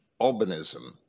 albinism